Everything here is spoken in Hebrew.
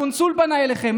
הקונסול פנה אליכם,